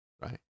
right